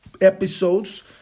episodes